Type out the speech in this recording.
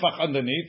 underneath